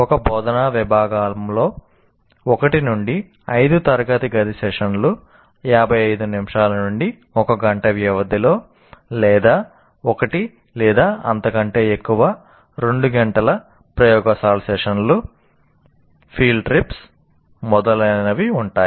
ఒక బోధనా విభాగంలో 1 నుండి 5 తరగతి గది సెషన్లు 55 నిమిషాల నుండి 1 గంట వ్యవధి లేదా ఒకటి లేదా అంతకంటే ఎక్కువ రెండు గంటల ప్రయోగశాల సెషన్లు ఫీల్డ్ ట్రిప్స్ మొదలైనవి ఉంటాయి